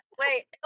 wait